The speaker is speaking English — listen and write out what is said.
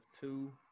two